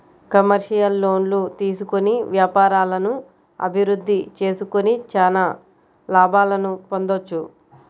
commercial లోన్లు తీసుకొని వ్యాపారాలను అభిరుద్ధి చేసుకొని చానా లాభాలను పొందొచ్చు